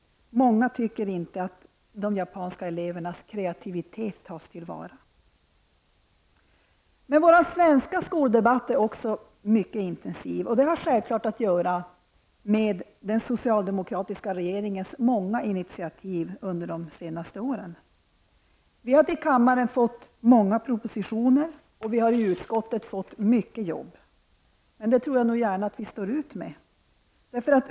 Många tycker inte att de japanska elevernas kreativitet tas tillvara. Vår svenska skoldebatt är också mycket intensiv. Det har självfallet att göra med den socialdemokratiska regeringens många intiativ under de senaste åren. Vi har till kammaren fått många propositioner, och vi har fått mycket jobb i utbildningsutskottet. Men det står vi nog gärna ut med.